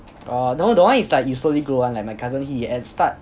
oh no that one is like you slowly grow [one] like my cousin he at the start